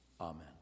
Amen